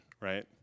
right